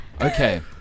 Okay